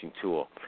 tool